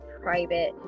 private